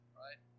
right